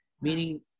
meaning